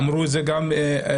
אמרו את זה גם מומחים.